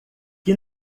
que